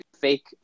fake